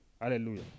hallelujah